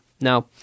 Now